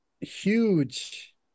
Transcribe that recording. huge